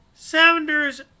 Sounders